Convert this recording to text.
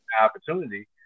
opportunity